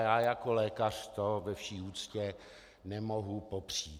Já jako lékař to, ve vší úctě, nemohu popřít.